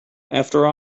after